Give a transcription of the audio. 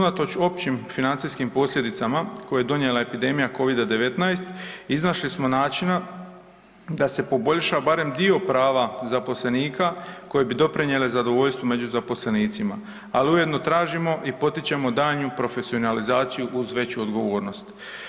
Unatoč općim financijskim posljedicama koje je donijela epidemija Covid-19 iznašli smo načina da se poboljša barem dio prava zaposlenika koji bi doprinjeli zadovoljstvu među zaposlenicima, al ujedno tražimo i potičemo daljnju profesionalizaciju uz veću odgovornost.